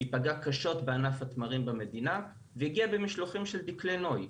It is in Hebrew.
היא פגעה קשות בענף התמרים במדינה והגיעה במשלוחים של דקלי נוי,